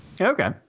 Okay